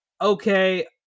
Okay